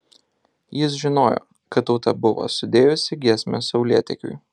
jis žinojo kad tauta buvo sudėjusi giesmę saulėtekiui